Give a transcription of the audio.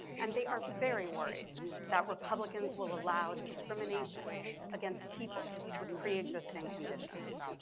and they are very worried that republicans will allow discrimination against people with preexisting conditions.